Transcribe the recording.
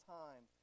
time